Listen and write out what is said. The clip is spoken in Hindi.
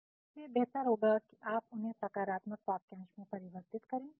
Refer Slide Time 2435 इसलिए बेहतर होगा कि आप उन्हें सकारात्मक वाक्यांश में परिवर्तित करें